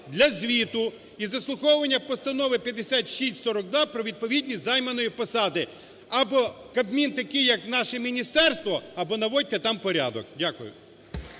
для звіту і заслуховування Постанови 5642 про відповідність займаної посади. Або Кабмін такий, як наше міністерство, або наводьте там порядок. Дякую.